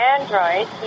Android